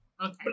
Okay